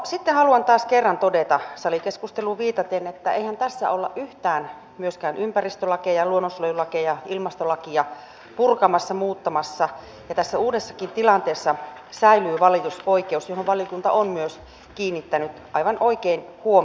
sitten haluan taas kerran todeta salikeskusteluun viitaten että eihän tässä olla yhtään myöskään ympäristölakeja luonnonsuojelulakeja ilmastolakia purkamassa muuttamassa ja tässä uudessakin tilanteessa säilyy valitusoikeus mihin valiokunta on myös kiinnittänyt aivan oikein huomiota